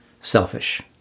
selfish